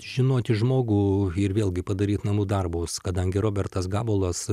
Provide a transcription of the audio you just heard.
žinoti žmogų ir vėlgi padaryt namų darbus kadangi robertas gabalas